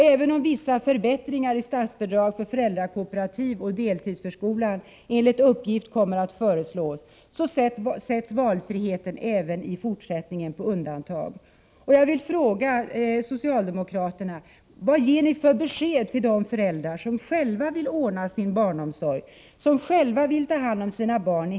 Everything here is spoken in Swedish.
Även om vissa förbättringar i statsbidrag för föräldrakooperativ och deltidsförskola enligt uppgift kommer att föreslås, sätts valfriheten även i fortsättningen på undantag. Herr talman!